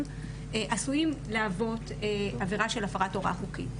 עשויים להוות עבירה של הפרת הוראה חוקית,